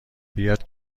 بیاد